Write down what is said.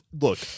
look